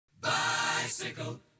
Bicycle